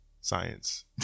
science